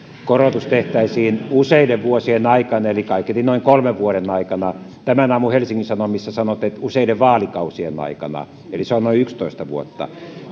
tehtäisiin useiden vuosien aikana eli kaiketi noin kolmen vuoden aikana tämän aamun helsingin sanomissa sanoitte että useiden vaalikausien aikana eli se on noin yksitoista vuotta